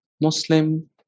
Muslim